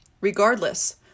Regardless